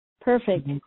Perfect